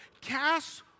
cast